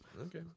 Okay